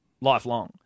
lifelong